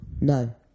No